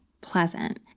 pleasant